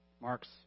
Mark's